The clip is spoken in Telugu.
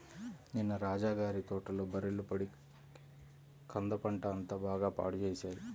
నిన్న రాజా గారి తోటలో బర్రెలు పడి కంద పంట అంతా బాగా పాడు చేశాయి